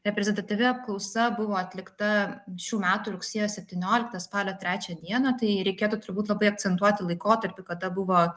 reprezentatyvi apklausa buvo atlikta šių metų rugsėjo septynioliktą spalio trečią dieną tai reikėtų turbūt labai akcentuoti laikotarpį kada buvo